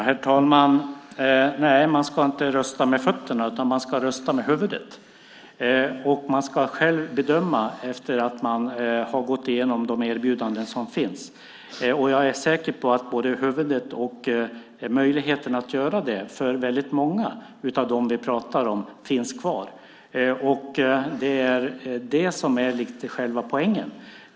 Herr talman! Nej, man ska inte rösta med fötterna, utan man ska rösta med huvudet. Man ska själv bedöma efter att man har gått igenom de erbjudanden som finns. Jag är säker på att både huvudet och möjligheten att göra det finns kvar för väldigt många av dem vi pratar om. Det är det som i någon mån är själva poängen.